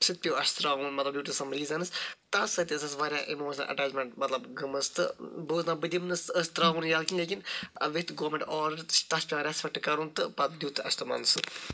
سُہ تہِ پیوٚو اَسہِ تراوُن ڈِوٗ ٹوٗ سَم ریٖزَنٔز تَتھ سۭتۍ ٲسۍ واریاہ اِموشنَل اٮ۪ٹٮ۪چمٮ۪نٹ مطلب گٔمٕژ تہٕ بہٕ اوٚسُس دَپان بہٕ دِمہٕ نہٕ ٲسۍ تراوونہٕ ییلہٕ کِہیٖنۍ لٮ۪کِن گوٚرمٮ۪نٹ آف لٮ۪کِن گورمٮ۪نٹ اورگٔنزیشَن تَتھ چھُ پٮ۪وان رٮ۪سپٮ۪کٹ کرُن تہٕ پَتہٕ دیُت اَسہِ تمَن سُہ